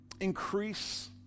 increase